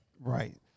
right